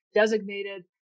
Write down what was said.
designated